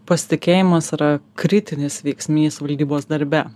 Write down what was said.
pasitikėjimas yra kritinis veiksnys valdybos darbe